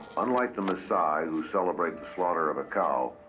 unlike the masai, who celebrate the slaughter of a cow,